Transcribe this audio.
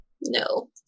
No